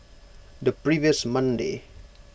the previous Monday